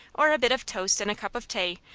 or a bit of toast and a cup of tay,